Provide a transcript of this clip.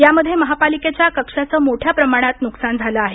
यामध्ये महापालिकेच्या कक्षाचं मोठ्या प्रमाणात नुकसान झालं आहे